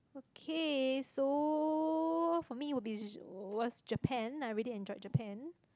okay so for me will be uh was Japan I really enjoyed Japan